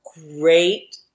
great